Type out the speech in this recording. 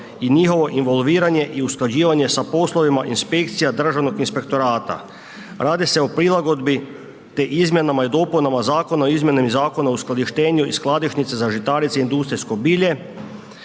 i njihovo involviranje i usklađivanje sa poslovima inspekcija Državnog inspektorata. Radi se o prilagodbi, te izmjenama i dopunama Zakona o izmjenama Zakona o uskladištenju i skladišnici za žitarice i industrijsko bilje,